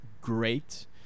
great